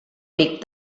amic